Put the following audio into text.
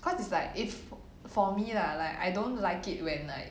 cause it's like if for me lah like I don't like it when like